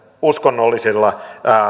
uskonnollisilla